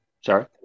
Sorry